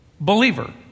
believer